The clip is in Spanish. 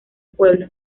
pueblo